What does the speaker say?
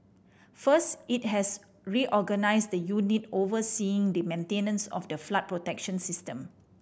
first it has reorganised the unit overseeing the maintenance of the flood protection system